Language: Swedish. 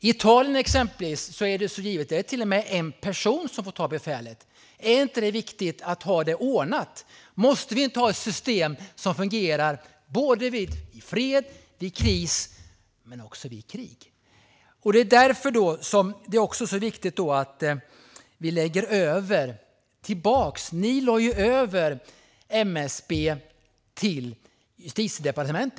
I exempelvis Italien är det till och med en person som får ta befälet. Är det inte viktigt att ha det ordnat? Måste vi inte ha ett system som fungerar vid både fred och kris men också vid krig? Det är därför det är så viktigt att vi lägger tillbaka detta. Ni lade över MSB på Justitiedepartementet.